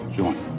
join